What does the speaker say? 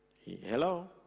Hello